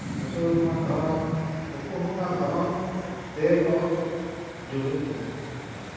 ᱢᱩᱥᱚᱞᱢᱟᱱ ᱫᱷᱚᱨᱚᱢ ᱱᱩᱠᱩ ᱦᱚᱸ ᱚᱱᱟ ᱫᱷᱚᱨᱚᱢ ᱛᱮᱜᱮ ᱠᱚ ᱡᱩᱢᱤᱫ ᱢᱮᱱᱟᱜ ᱠᱟᱫ ᱠᱚᱣᱟ